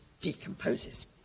decomposes